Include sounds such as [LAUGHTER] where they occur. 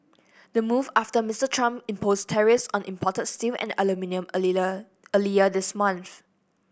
the move after Mister Trump imposed tariffs on imported steel and aluminium [UNINTELLIGIBLE] earlier this month